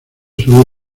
solo